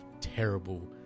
terrible